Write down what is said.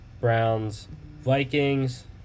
Browns-Vikings